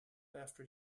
after